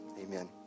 amen